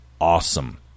awesome